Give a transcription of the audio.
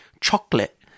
chocolate